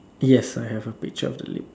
yes I have a picture of the lips